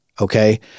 okay